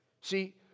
See